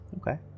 Okay